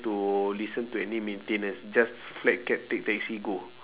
to listen to any maintenance just flag cab take taxi go